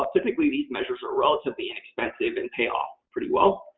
um typically, these measures are relatively inexpensive and pay off pretty well.